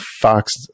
Fox